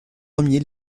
ier